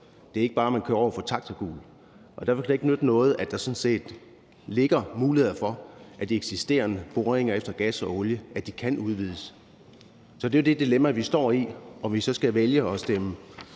Det er ikke bare, at man kører over for taxagult, og derfor kan det ikke nytte noget, at der sådan set ligger muligheder for, at de eksisterende boringer efter gas og olie kan udvides. Så det dilemma, vi står i, er, om vi så skal vælge at stemme